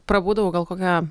prabūdavau gal kokią